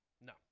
No